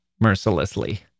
mercilessly